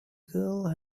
girl